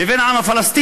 לבין העם הפלסטיני.